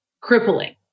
crippling